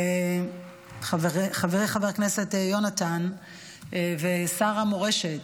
חברי חבר הכנסת יונתן ושר המורשת,